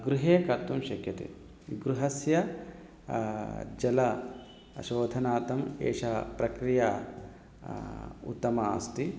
गृहे कर्तुं शक्यते गृहस्य जल शोधनार्थम् एषा प्रक्रिया उत्तमा अस्ति